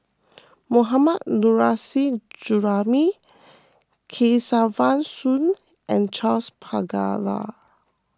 Mohammad Nurrasyid Juraimi Kesavan Soon and Charles Paglar